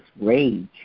rage